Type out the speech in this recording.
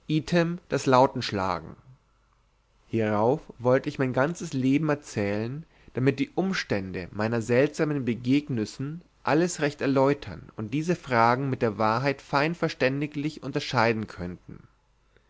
das lautenschlagen hierauf wollte ich mein ganzes leben erzählen damit die umstände meiner seltsamen begegnüssen alles recht erläutern und diese fragen mit der wahrheit fein verständiglich unterscheiden könnten